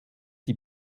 die